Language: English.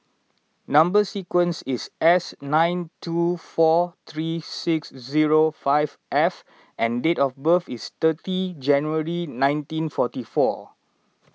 Number Sequence is S nine two four three six zero five F and date of birth is thirty January nineteen forty four